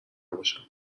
نباشم